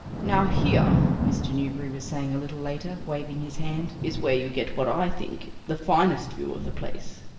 now, here, mr. newberry was saying a little later, waving his hand, is where you get what i think the finest view of the place.